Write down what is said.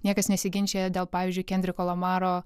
niekas nesiginčija dėl pavyzdžiui henriko lamaro